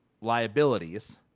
liabilities